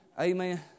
Amen